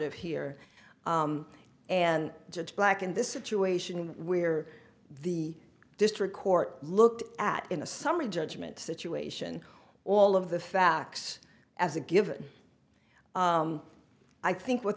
e here and judge black in this situation where the district court looked at in a summary judgment situation all of the facts as a given i think what